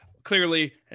Clearly